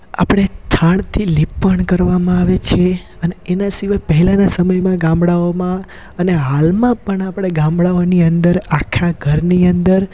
આપણે છાણથી લીંપણ કરવામાં આવે છે અને એના સિવાય પહેલાંના સમયમાં ગામડાઓમાં અને હાલમાં પણ આપણે ગામડાઓની અંદર આખા ઘરની અંદર